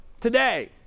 Today